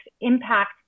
impact